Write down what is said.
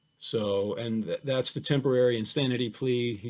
so, and that's the temporary insanity plea,